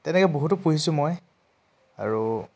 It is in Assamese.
তেনেকৈ বহুতো পঢ়িছোঁ মই আৰু